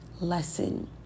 lesson